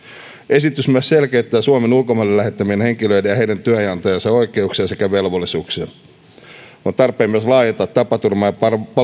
esitys myös selkeyttää suomen ulkomaille lähettämien henkilöiden ja heidän työnantajiensa oikeuksia sekä velvollisuuksia on tarpeen myös laajentaa tapaturman ja palvelussairauden